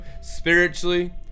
spiritually